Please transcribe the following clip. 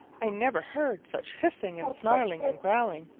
i never heard such hissing and snarling and growling.